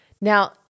Now